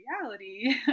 reality